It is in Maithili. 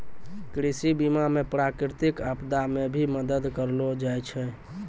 कृषि बीमा मे प्रकृतिक आपदा मे भी मदद करलो जाय छै